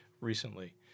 recently